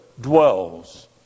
dwells